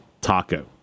Taco